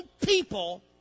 people